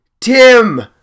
TIM